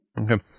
Okay